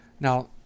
Now